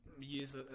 Use